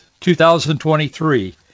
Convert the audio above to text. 2023